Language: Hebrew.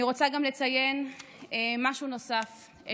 אני רוצה גם לציין משהו נוסף,